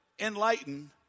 enlighten